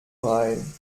rein